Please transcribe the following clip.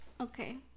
Okay